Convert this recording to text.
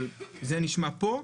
אבל זה נשמע פה.